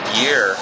year